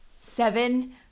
seven